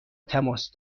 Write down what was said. تماس